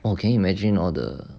oh can you imagine all the